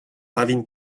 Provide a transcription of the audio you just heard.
ravin